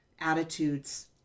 attitudes